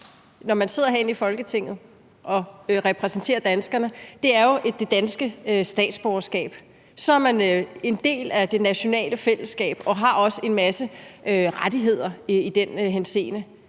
når man sidder herinde i Folketinget og repræsenterer danskerne, er jo det danske statsborgerskab. Når man får det, bliver man en del af det nationale fællesskab og har også en masse rettigheder i den henseende.